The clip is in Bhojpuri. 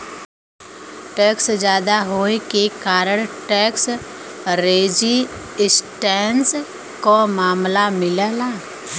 टैक्स जादा होये के कारण टैक्स रेजिस्टेंस क मामला मिलला